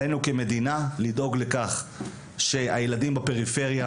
עלינו כמדינה לדאוג לכך שהילדים בפריפריה